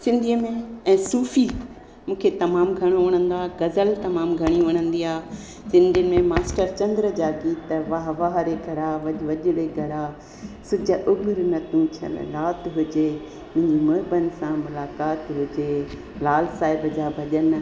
सिंधीअ में ऐं सूफ़ी मूंखे तमामु घणो वणंदो आहे गज़ल तमामु घणी वणंदी आहे सिंधी में मास्तर चंद्र जा गीत वाह वाह रे घड़ा वॼ वॼ रे घड़ा सिज उभिरि न तूं छल राति हुजे मुंहिंजे मुहिबन सां मुलाक़ात हुजे लाल साहिब जा भॼन